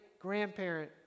grandparent